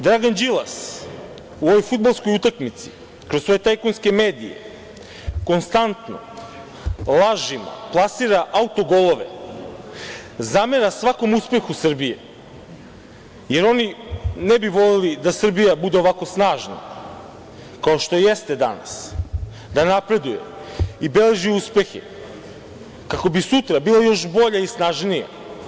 Dragan Đilas u ovoj fudbalskoj utakmici kroz svoje tajkunske medije konstantno lažima plasira autogolove, zamera svakom uspehu Srbije, jer oni ne bi voleli da Srbija bude ovako snažna kao što jeste danas, da napreduje i beleži uspehe kako bi sutra bila još bolja i snažnija.